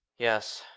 yes.